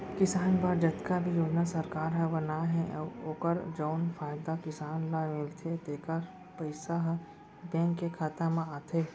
किसान बर जतका भी योजना सरकार ह बनाए हे अउ ओकर जउन फायदा किसान ल मिलथे तेकर पइसा ह बेंक के खाता म आथे